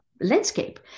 landscape